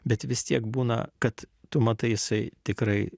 bet vis tiek būna kad tu matai jisai tikrai